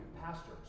pastors